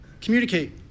communicate